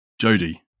jody